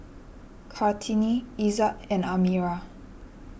Kartini Izzat and Amirah